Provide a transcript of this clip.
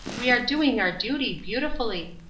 we are doing our duty beautifully.